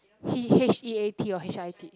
he H E A T or H I T